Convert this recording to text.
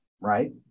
right